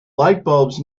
lightbulbs